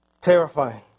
terrifying